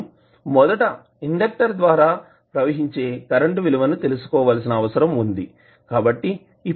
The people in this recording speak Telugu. మనం మొదట ఇండెక్టర్ ద్వారా ప్రవహించే కరెంట్ విలువను తెలుసుకోవాల్సిన అవసరం వుంది కాబట్టి